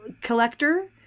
collector